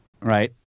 right